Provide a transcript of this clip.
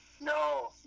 No